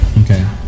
Okay